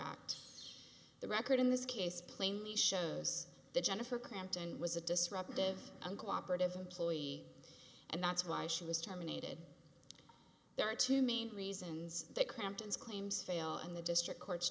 act the record in this case plainly shows that jennifer cramped and was a disruptive uncooperative employee and that's why she was terminated there are two main reasons they clamped and claims fail in the district court